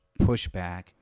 pushback